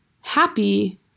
happy